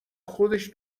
خودش